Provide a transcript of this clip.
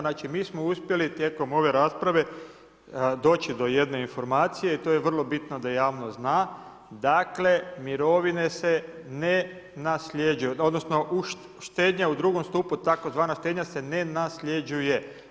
Znači mi smo uspjeli tijekom ove rasprave doći do jedne informacije i to je vrlo bitno da javnost zna, dakle, mirovine se ne nasljeđuju, odnosno štednja u drugom stupnju tzv. štednja se ne nasljeđuje.